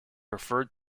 referred